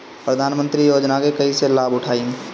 प्रधानमंत्री योजना के कईसे लाभ उठाईम?